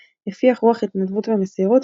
הפיח רוח התנדבות ומסירות,